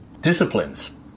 disciplines